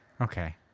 Okay